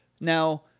Now